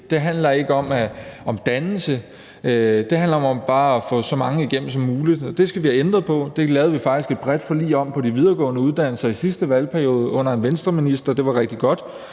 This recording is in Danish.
Det handler ikke om dannelse. Det handler bare om at få så mange igennem som muligt, og det skal vi have ændret på. Det lavede vi faktisk et bredt forlig om i forhold til de videregående uddannelser i sidste periode under en Venstreminister. Det var rigtig godt.